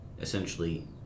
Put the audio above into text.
essentially